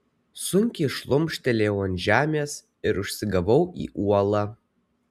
sunkiai šlumštelėjau ant žemės ir užsigavau į uolą